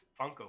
funko